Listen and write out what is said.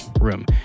room